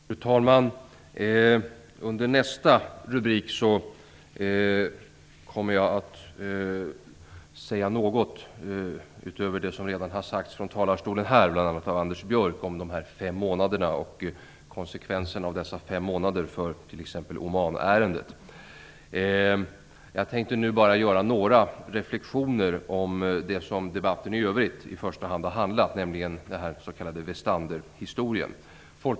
Fru talman! Under nästa rubrik kommer jag att säga något utöver det som redan har sagts från talarstolen, bl.a. av Anders Björck, om dessa fem månader och konsekvenserna av dem för t.ex. Omanärendet. Nu tänkte jag bara göra några reflexioner om det som debatten i övrigt i första hand har handlat om, nämligen den s.k. Westanderhistorien.